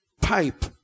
pipe